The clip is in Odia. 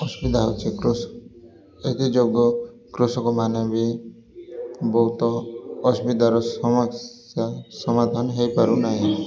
ଅସୁବିଧା ହଉଛି ଏଥିଯୋଗୁଁ କୃଷକମାନେ ବି ବହୁତ ଅସୁବିଧାର ସମସ୍ୟା ସମାଧାନ ହେଇପାରୁନାହିଁ